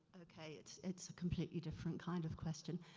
okay it's, it's a completely different kind of question.